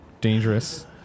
Dangerous